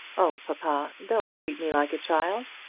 oh, papa don't treat me like a child.